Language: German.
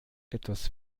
etwas